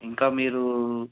ఇంకా మీరు